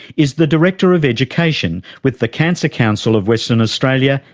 is the director of education with the cancer council of western australia,